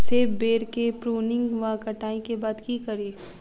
सेब बेर केँ प्रूनिंग वा कटाई केँ बाद की करि?